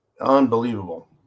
Unbelievable